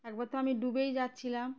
একবার তো আমি ডুবেই যাচ্ছিলাম